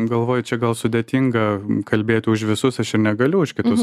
galvoju čia gal sudėtinga kalbėti už visus aš negaliu už kitus